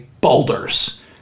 boulders